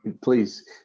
Please